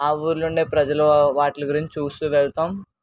ఆ ఊర్లో ఉండే ప్రజలు వాటి గురించి చూస్తూ వెళ్తాం